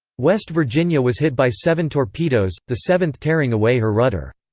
west virginia was hit by seven torpedoes, the seventh tearing away her rudder.